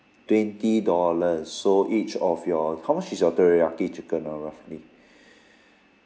twenty dollars so each of your how much is your teriyaki chicken ah roughly